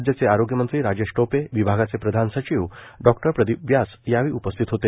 राज्याचे आरोग्यमंत्री राजेश टोपे विभागाचे प्रधान सचिव डॉक्टर प्रदीप व्यास यावेळी उपस्थित होते